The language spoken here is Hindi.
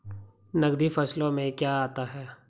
नकदी फसलों में क्या आता है?